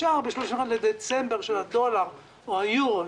השער ב-31 בדצמבר של הדולר או האירו,